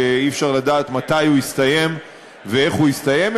שאי-אפשר לדעת מתי הוא יסתיים ואיך הוא יסתיים,